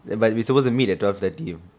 ya but we supposed to meet at twelve thirty